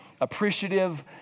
appreciative